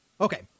Okay